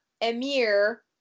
Emir